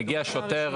מגיע שוטר,